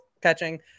Catching